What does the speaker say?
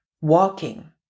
walking